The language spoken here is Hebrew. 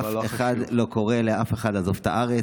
אף אחד לא קורא לאף אחד לעזוב את הארץ,